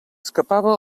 escapava